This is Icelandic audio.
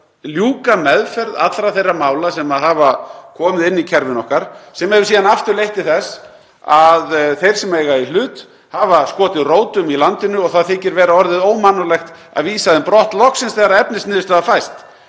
að ljúka meðferð allra þeirra mála sem hafa komið inn í kerfinu okkar. Það hefur síðan aftur leitt til þess að þeir sem eiga í hlut hafa skotið rótum í landinu og það þykir vera orðið ómannúðlegt að vísa þeim brott loksins þegar efnisniðurstaða fæst.